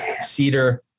cedar